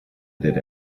did